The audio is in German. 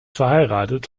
verheiratet